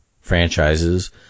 franchises